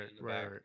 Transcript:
right